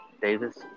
Davis